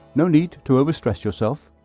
no need to overstress yourself.